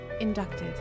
inducted